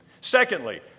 Secondly